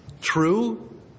true